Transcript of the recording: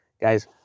Guys